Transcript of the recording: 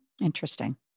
interesting